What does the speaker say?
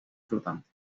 flotante